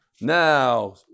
Now